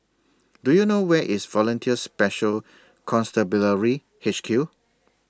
Do YOU know Where IS Volunteers Special Constabulary H Q